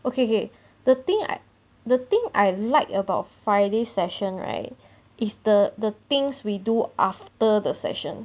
okay K the thing I the thing I like about friday's session right is the the things we do after the session